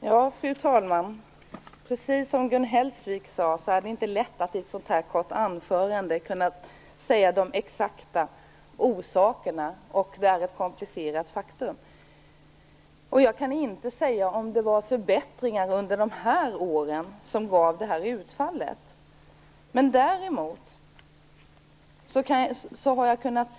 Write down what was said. Fru talman! Precis som Gun Hellsvik sade är det inte lätt att i ett så här kort anförande ange de exakta orsakerna till ett komplicerat faktum. Jag kan inte säga om det var förbättringar under åren 1991-1994 som gav utfallet.